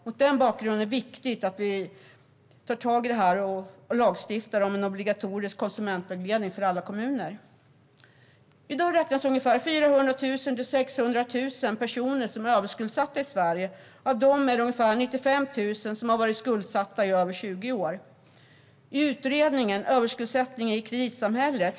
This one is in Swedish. Mot denna bakgrund är det viktigt att vi tar tag i detta och lagstiftar om en obligatorisk konsumentvägledning i alla kommuner. I dag räknas 400 000-600 000 personer som överskuldsatta i Sverige. Av dem är det ungefär 95 000 som har varit skuldsatta i över 20 år. I utredningen Överskuldsättning i kreditsamhället?